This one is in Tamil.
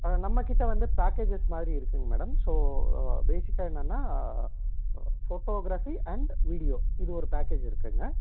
ஆ நம்மக்கிட்ட வந்து பேக்கேஜஸ் மாதிரி இருக்குங்க மேடம் ஸோ பேஸிக்காக என்னன்னா ஃபோட்டோகிராஃபி அண்ட் வீடியோ இது ஒரு பேக்கேஜ் இருக்குங்க